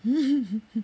mm mm